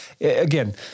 again